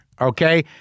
Okay